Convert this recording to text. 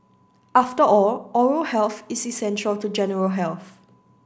after all oral health is essential to general health